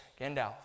Gandalf